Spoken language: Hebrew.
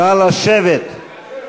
נא לשבת.